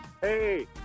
Hey